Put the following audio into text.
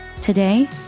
Today